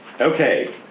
Okay